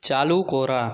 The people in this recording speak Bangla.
চালু করা